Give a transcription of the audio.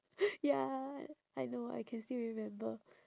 ya I know I can still remember